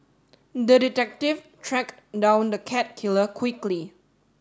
the detective tracked down the cat killer quickly